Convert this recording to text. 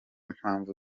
mpavu